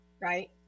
right